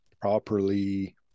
properly